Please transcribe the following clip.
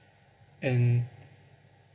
and